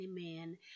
Amen